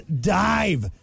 dive